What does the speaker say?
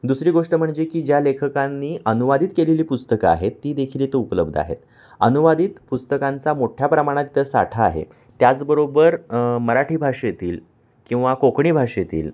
दुसरी गोष्ट म्हणजे की ज्या लेखकांनी अनुवादित केलेली पुस्तकं आहेत ती देखील इथं उपलब्ध आहेत अनुवादित पुस्तकांचा मोठ्या प्रमाणात इथे साठा आहे त्याचबरोबर मराठी भाषेतील किंवा कोकणी भाषेतील